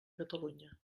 catalunya